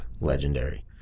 legendary